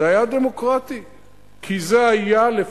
זה היה דמוקרטי,